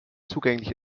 zugänglich